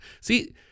See